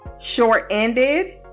short-ended